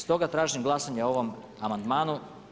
Stoga tražim glasanje o ovom amandmanu.